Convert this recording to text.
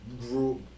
group